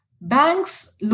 banks